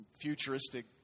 futuristic